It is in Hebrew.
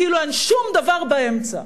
כאילו אין שום דבר באמצע.